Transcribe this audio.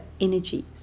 energies